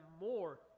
more